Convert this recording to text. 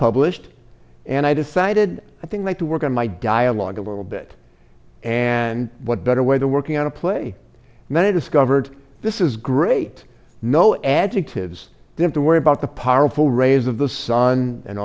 published and i decided i think i to work on my dialogue a little bit and what better way to working out a play many discovered this is great no adjectives you have to worry about the powerful rays of the sun and